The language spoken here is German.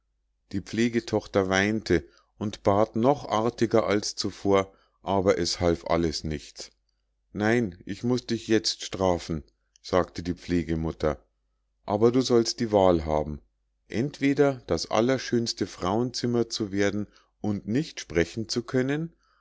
die pflegetochter weinte und bat noch artiger als zuvor aber es half alles nichts nein ich muß dich jetzt strafen sagte die pflegemutter aber du sollst die wahl haben entweder das allerschönste frauenzimmer zu werden und nicht sprechen zu können